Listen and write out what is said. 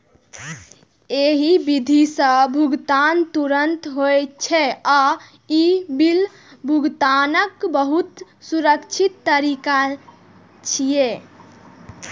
एहि विधि सं भुगतान तुरंत होइ छै आ ई बिल भुगतानक बहुत सुरक्षित तरीका छियै